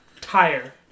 tire